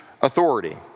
authority